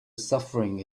suffering